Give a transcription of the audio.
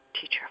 teacher